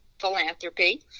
philanthropy